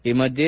ಈ ಮಧ್ಯೆ